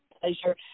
pleasure